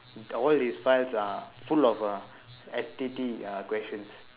ours is files ah full of ah activities ya questions